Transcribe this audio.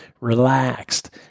relaxed